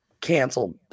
canceled